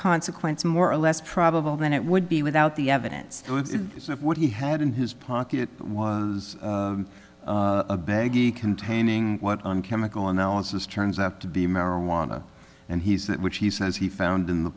consequence more or less probable than it would be without the evidence of what he had in his pocket was a bag containing what on chemical analysis turns out to be marijuana and he's that which he says he found in the